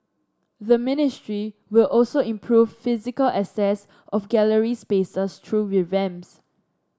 the ministry will also improve physical access of gallery spaces through revamps